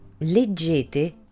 leggete